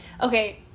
okay